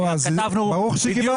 ברוך שכיוונת.